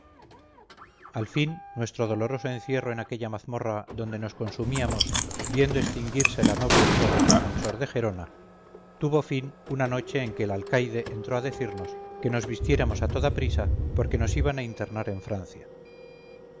al fin nuestro doloroso encierro en aquella mazmorra donde nos consumíamos viendo extinguirse la noble vida del defensor de gerona tuvo fin una noche en que el alcaide entró a decirnos que nos vistiéramos a toda prisa porque nos iban a internar en francia